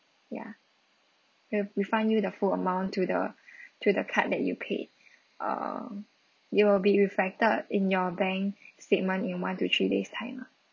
ya we'll refund you the full amount to the to the card that you paid err it'll be reflected in your bank statement in one to three days time ah